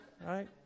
right